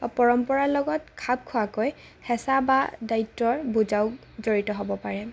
পৰম্পৰাৰ লগত খাপ খোৱাকৈ হেঁচা বা দায়িত্বৰ বোজাও জড়িত হ'ব পাৰে